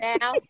now